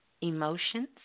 emotions